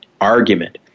argument